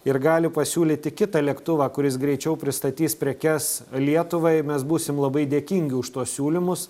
ir gali pasiūlyti kitą lėktuvą kuris greičiau pristatys prekes lietuvai mes būsim labai dėkingi už tuos siūlymus